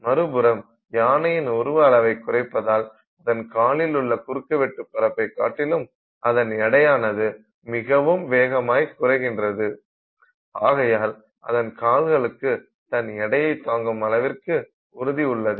மறுபுறம் யானையின் உருவ அளவை குறைப்பதால் அதன் காலிலுள்ள குறுக்குவெட்டு பரப்பை காட்டிலும் அதன் எடையானது மிகவும் வேகமாய் குறைகின்றது ஆகையால் அதன் கால்களுக்கு தன் எடையை தாங்கும் அளவிற்கு உறுதி உள்ளது